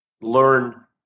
learn